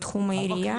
זה בתחום העירייה.